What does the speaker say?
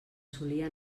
solia